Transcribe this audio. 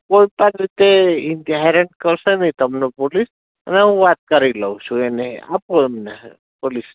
કોઈ પણ રીતે એ રીતે હેરાન કરશે નહીં તમને પોલીસ અને હું વાત કરી લઉં છું એને આપો એમને પોલીસ